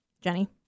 Jenny